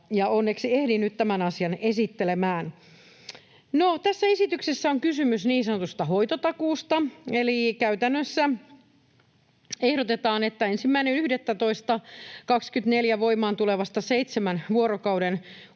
onneksi ehdin nyt tämän asian esittelemään. Tässä esityksessä on kysymys niin sanotusta hoitotakuusta. Eli käytännössä ehdotetaan, että 1.11.24 voimaan tulevasta seitsemän vuorokauden